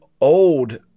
old